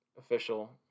official